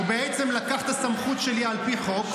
הוא בעצם לקח את הסמכות שלי על פי חוק,